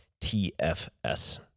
TFS